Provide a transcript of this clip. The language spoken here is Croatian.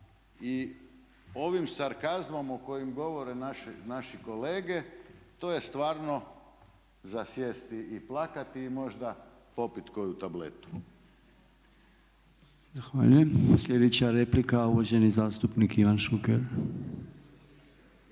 i ovim sarkazmom o kojem govore naši kolege to je stvarno za sjesti i plakati i možda popit koju tabletu. **Podolnjak, Robert (MOST)** Zahvaljujem. Sljedeća replika, uvaženi zastupnik Ivan Šuker.